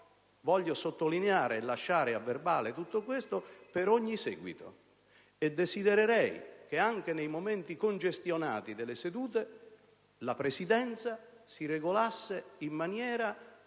Voglio però sottolineare e lasciare a verbale tutto questo per ogni seguito. E desidererei che, anche nei momenti congestionati delle sedute, la Presidenza si regolasse in maniera tale